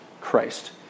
Christ